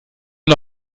wir